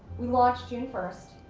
we launched june, first.